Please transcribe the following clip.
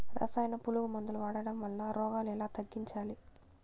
రసాయన పులుగు మందులు వాడడం వలన రోగాలు ఎలా తగ్గించాలి?